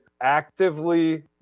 actively